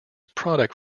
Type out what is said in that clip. product